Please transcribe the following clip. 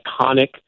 iconic